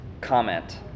comment